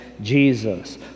Jesus